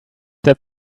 that